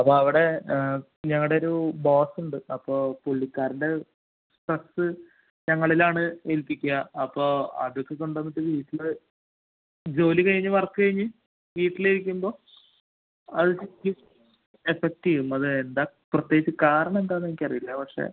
അപ്പോൾ അവിടെ ഞങ്ങളുടെ ഒരൂ ബോസ്ണ്ട് അപ്പോൾ പുള്ളിക്കാരൻ്റെ സ്ട്രെസ്സ് ഞങ്ങളിലാണ് എൽപ്പിക്കുക അപ്പോൾ അതൊക്കെ കൊണ്ട് വന്നിട്ട് വീട്ടിൽ ജോലി കഴിഞ്ഞ് വർക്ക് കഴിഞ്ഞ് വീട്ടിലിരിക്കുമ്പോൾ അതെനിക്ക് എഫക്റ്റ് ചെയ്യും അത് എന്താ പ്രത്യേകിച്ച് കാരണം എന്താണെന്ന് എനിക്കറിയില്ല പക്ഷെ